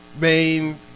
main